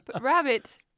Rabbit